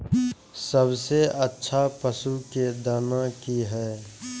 सबसे अच्छा पशु के दाना की हय?